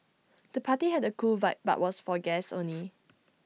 the party had A cool vibe but was for guests only